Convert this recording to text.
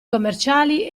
commerciali